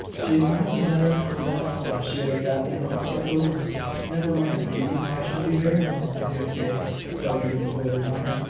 she is not the better for that flush she has got now, but the worse. never mind, phoebe! i shall do very well, i dare say, said mrs enderby,